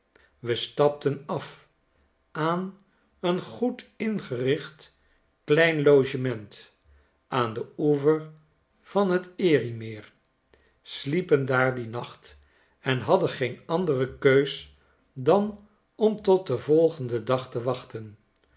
we stapten af aan een goed ingericht klein logement aan den oever van terie meer sliepen daar dien nacht en hadden geen andere keus dan om tot den volgenden dag te wachten